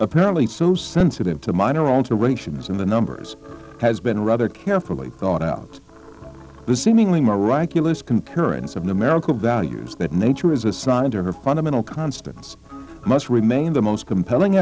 apparently so sensitive to minor alterations in the numbers has been rather carefully thought out the seemingly miraculous concurrence of numerical values that nature is assigned to her fundamental constants must remain the most compelling